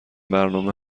برنامه